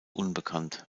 unbekannt